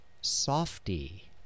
Softy